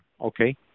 Okay